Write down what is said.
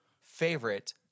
favorite